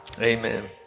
Amen